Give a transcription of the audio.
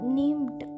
named